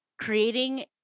creating